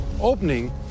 opening